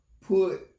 put